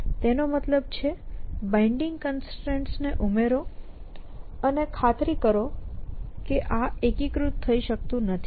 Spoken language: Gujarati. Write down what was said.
તેનો મતલબ છે બાઈન્ડિંગ કન્સ્ટ્રેઇન્ટ્સ ને ઉમેરો અને ખાતરી કરો કે આ એકીકૃત થઈ શકતું નથી